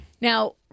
Now